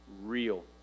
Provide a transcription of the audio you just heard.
real